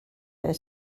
her